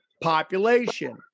population